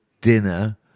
dinner